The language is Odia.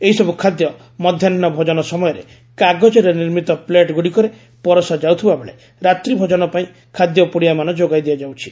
ଏହିସବ୍ର ଖାଦ୍ୟ ମଧ୍ୟାହ୍ନ ଭୋଜନ ସମୟରେ କାଗଜରେ ନିର୍ମିତ ପ୍ଲେଟ୍ଗୁଡ଼ିକରେ ପରସା ଯାଉଥିବା ବେଳେ ରାତ୍ରି ଭୋଜନ ପାଇଁ ଖାଦ୍ୟ ପୁଡ଼ିଆମାନ ଯୋଗାଇ ଦିଆଯାଉଛି